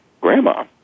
grandma